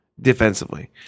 defensively